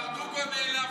ברדוגו נעלב ממך,